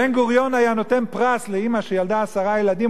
בן-גוריון היה נותן פרס לאמא שילדה עשרה ילדים.